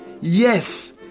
yes